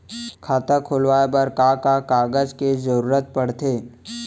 खाता खोलवाये बर का का कागज के जरूरत पड़थे?